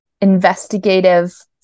investigative